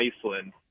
Iceland